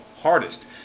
hardest